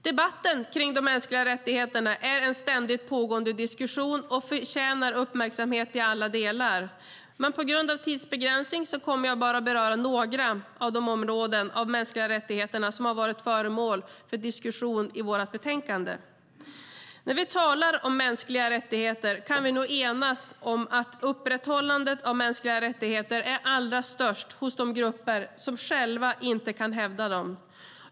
Debatten om de mänskliga rättigheterna är en ständigt pågående diskussion och förtjänar uppmärksamhet i alla delar, men på grund av tidsbegränsningen kommer jag bara att beröra några av de områden inom de mänskliga rättigheterna som är föremål för diskussion i vårt betänkande. Vi kan nog enas att om att behovet av upprätthållandet av mänskliga rättigheter är allra störst hos de grupper som själva inte kan hävda dem.